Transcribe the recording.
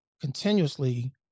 continuously